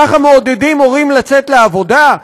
ככה מעודדים הורים לצאת לעבודה?